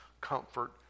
comfort